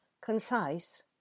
concise